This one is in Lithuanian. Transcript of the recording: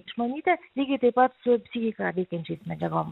išmanyti lygiai taip pat su psichiką veikiančiais medžiagom